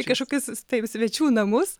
į kažkokius taip svečių namus